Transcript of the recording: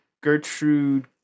Gertrude